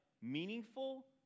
meaningful